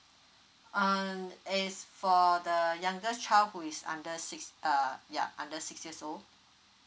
and as for the youngest child who is under six uh ya under six years old